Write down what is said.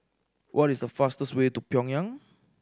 what is the fastest way to Pyongyang